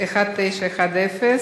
התשע"ב 2012,